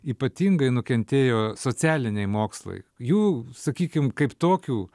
ypatingai nukentėjo socialiniai mokslai jų sakykim kaip tokių